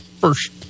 first